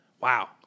Wow